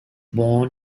born